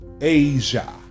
Asia